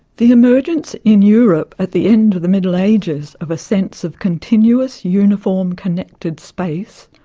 the emergence in europe at the end of the middle ages of a sense of continuous uniform connected space,